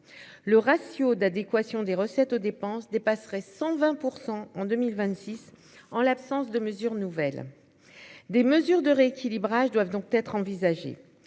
le ratio d'adéquation des recettes aux dépenses dépasseraient 120 % en 2026 en l'absence de mesures nouvelles, des mesures de rééquilibrage doivent donc être envisagées,